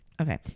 Okay